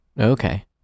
Okay